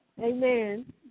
Amen